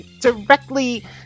directly